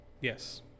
Yes